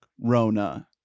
Rona